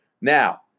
Now